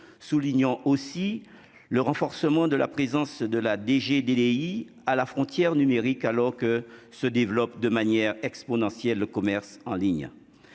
soulignant aussi le renforcement de la présence de la DG DDI à la frontière numérique alors que se développe de manière exponentielle, le commerce en ligne